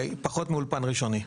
פחות מאולפן ראשוני,